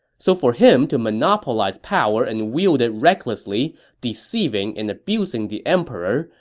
so for him to monopolize power and wield it recklessly, deceiving and abusing the emperor,